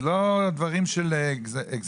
זה לא דברים של גזירה.